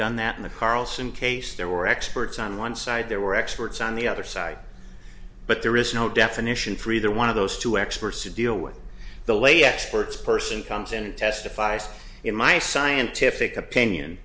done that in the carlson case there were experts on one side there were experts on the other side but there is no definition for either one of those two experts to deal with the lay experts person comes in and testifies in my scientific opinion